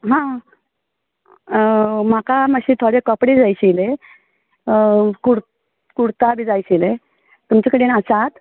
हां म्हाका मात्शे थोडें कपडे जाय आशिल्लें कुर्त कुर्ता बी जाय आशिल्लें तुमचें कडेन आसात